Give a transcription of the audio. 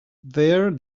there